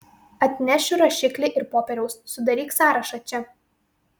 atnešiu rašiklį ir popieriaus sudaryk sąrašą čia